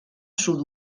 sud